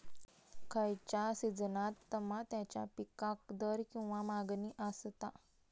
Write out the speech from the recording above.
खयच्या सिजनात तमात्याच्या पीकाक दर किंवा मागणी आसता?